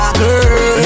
girl